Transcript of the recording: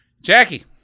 Jackie